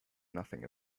nothing